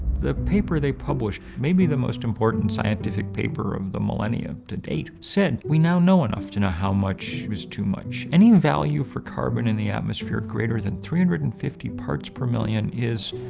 the paper they published may be the most important scientific paper of the millenium to date, said we now know enough to know how much is too much. any value for carbon in the atmosphere greater than three hundred and fifty parts per million is